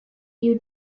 you